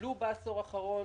עלו בעשור האחרון.